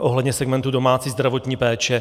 ohledně segmentu domácí zdravotní péče.